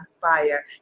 fire